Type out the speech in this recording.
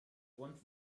grund